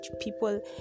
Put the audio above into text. people